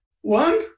One